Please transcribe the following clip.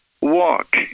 Walk